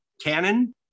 canon